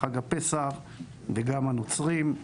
חג הפסח וגם לנוצרים,